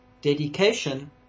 dedication